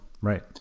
Right